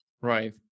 Right